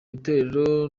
itorero